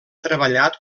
treballat